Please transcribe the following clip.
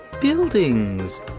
buildings